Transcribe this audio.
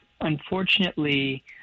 Unfortunately